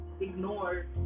Ignored